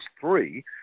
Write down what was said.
three